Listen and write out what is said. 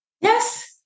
Yes